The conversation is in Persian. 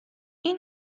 این